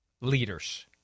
leaders